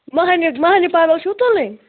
ماہرنہِ ماہرِنہِ پَلو چھُو تُلٕنۍ